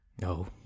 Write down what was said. no